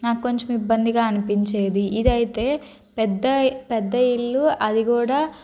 నాకు కొంచెం ఇబ్బందిగా అనిపించేది ఇది అయితే పెద్ద పెద్ద ఇల్లు అది కూడా